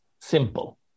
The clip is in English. simple